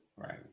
Right